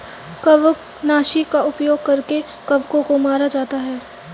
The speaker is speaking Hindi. कवकनाशी का उपयोग कर कवकों को मारा जाता है